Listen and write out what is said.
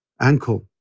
ankle